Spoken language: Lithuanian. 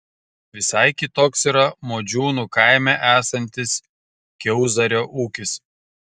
visai kitoks yra modžiūnų kaime esantis kiauzario ūkis